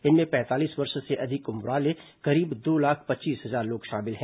इनमें पैंतालीस वर्ष से अधिक उम्र वाले करीब दो लाख पच्चीस हजार लोग शामिल हैं